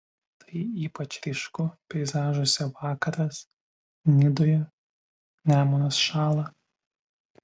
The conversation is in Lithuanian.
tai ypač ryšku peizažuose vakaras nidoje nemunas šąla